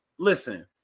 Listen